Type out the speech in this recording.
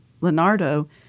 Leonardo